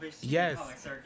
yes